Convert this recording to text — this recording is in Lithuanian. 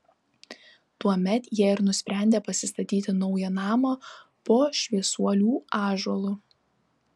tuomet jie ir nusprendė pasistatyti naują namą po šviesuolių ąžuolu